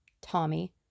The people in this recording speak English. Tommy